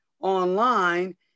online